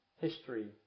history